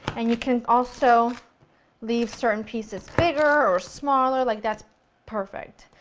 and you can also leave certain pieces bigger or smaller, like that's perfect.